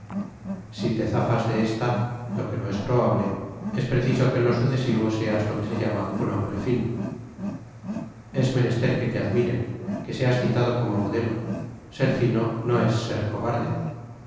si te zafas de esta lo que no es probable es preciso que en lo sucesivo seas lo que se llama un hombre fino es menester que te admiren que seas citado como modelo ser fino no es ser cobarde